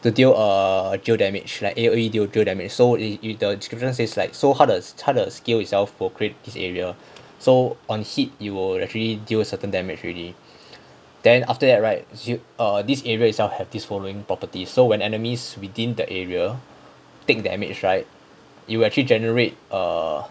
to deal err geo damage like A_O_E they will geo damage so in the description it says like so 他的他的 scale itself will create this area so on hit it will actually deal a certain damage already then after that right you err this area itself have this following properties so when enemies within the area take damage right it will actually err it will actually generate err